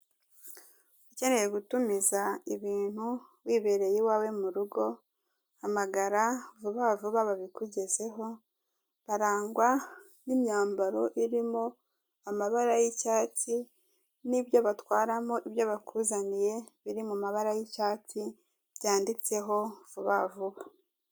Ukeneye gutumiza ibontu wibereye iwawe mu rugo hamagara vuba vuba babikugezeho, barangwa n'imyambaro irimo amabara y'icyatsi n'ibyo batwaramo ibyo bakuzaniye biri mu mbara y'icyatsi byanditseho vuba vuba.